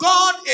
God